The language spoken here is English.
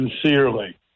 sincerely